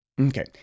Okay